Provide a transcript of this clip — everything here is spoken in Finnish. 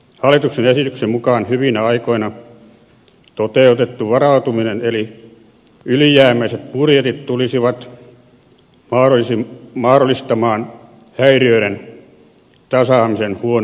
hallituksen esityksen mukaan hyvinä aikoina toteutettu varautuminen eli ylijäämäiset budjetit tulisivat mahdollistamaan häiriöiden tasaamisen huonoina aikoina